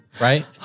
Right